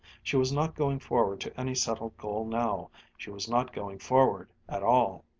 she was not going forward to any settled goal now she was not going forward at all.